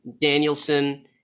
Danielson